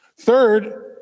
Third